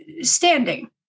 standing